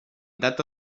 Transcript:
data